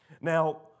Now